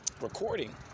recording